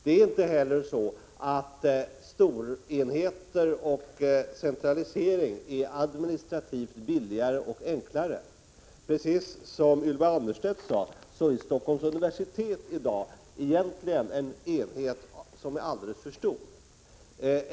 Det är inte heller så att stora enheter och centralisering är administrativt billigare och enklare. Precis som Ylva Annerstedt sade är Stockholms universitet i dag egentligen en alldeles för stor enhet.